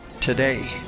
today